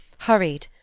hurried,